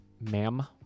ma'am